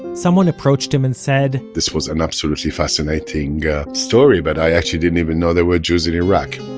someone approached him and said, this was an absolutely fascinating yeah story, but i actually didn't even know there were jews in iraq.